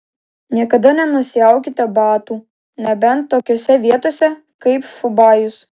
niekada nenusiaukite batų nebent tokiose vietose kaip fubajus